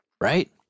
Right